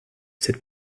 cette